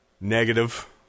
Negative